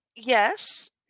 Yes